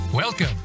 Welcome